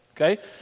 okay